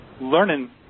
learning